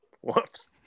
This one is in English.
Whoops